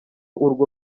urwo